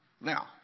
now